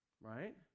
Right